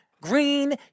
green